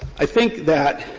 i think that,